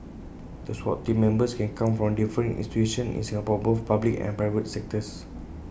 the Swat Team Members can come from different institutions in Singapore both public and private sectors